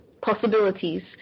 possibilities